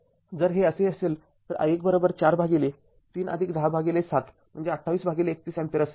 जर हे असे असेल तर i१ ४ भागिले ३ १० भागिले ७ म्हणजे २८३१ अँपिअर असेल